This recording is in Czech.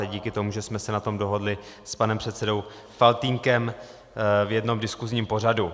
A díky tomu, že jsme se na tom dohodli s panem předsedou Faltýnkem v jednom diskusním pořadu.